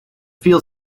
feel